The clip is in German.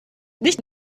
nicht